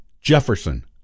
Jefferson